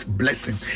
blessing